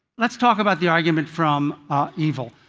let's talk about the argument from evil.